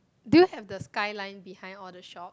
do you have the skyline behind all the shop